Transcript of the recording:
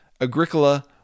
Agricola